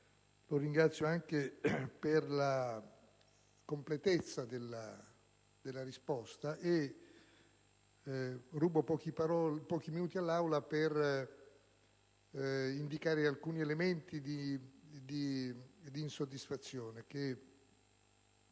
Sottosegretario anche per la completezza della risposta e rubo pochi minuti all'Aula per indicare alcuni elementi di insoddisfazione